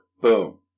boom